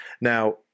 Now